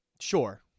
Sure